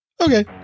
okay